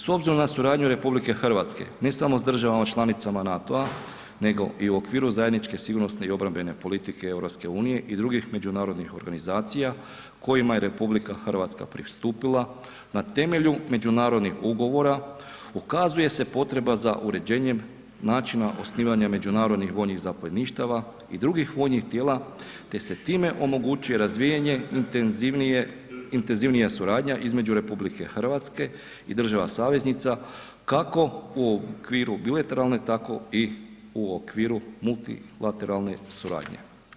S obzirom na suradnju RH, ne samo s državama članicama NATO-a, nego i u okviru zajedničke sigurnosne i obrambene politike EU i drugih međunarodnih organizacija kojima je RH pristupila, na temelju međunarodnih ugovora ukazuje se potreba za uređenjem načina osnivanja međunarodnih vojnih zapovjedništava i drugih vojnih tijela, te se time omogućuje razvijanje i intenzivnija suradnja između RH i država saveznica kako u okviru bilateralne, tako i u okviru multilateralne suradnje.